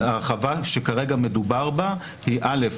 ההרחבה שכרגע מדובר בה היא א'.